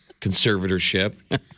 Conservatorship